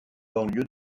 banlieue